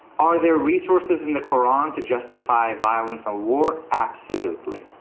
are there resources in the koran to justify violence and war? absolutely.